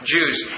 Jews